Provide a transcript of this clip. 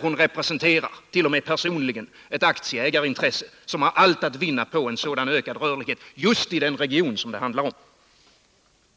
Hon representerar, t.o.m. personligen, ett aktieägarintresse som har allt att vinna på en sådan ökad rörlighet just i den region det handlar om.